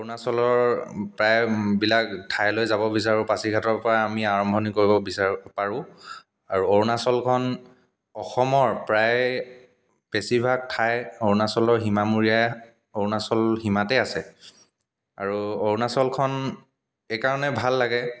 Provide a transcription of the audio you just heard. অৰুণাচলৰ প্ৰায়বিলাক ঠাইলৈ যাব বিচাৰোঁ পাছিঘাটৰ পৰা আমি আৰম্ভনি কৰিব বিচাৰোঁ পাৰোঁ আৰু অৰুণাচলখন অসমৰ প্ৰায় বেছিভাগ ঠাই অৰুণাচলৰ সীমামূৰীয়া অৰুণাচল সীমাতে আছে আৰু অৰুণাচলখন এই কাৰণেই ভাল লাগে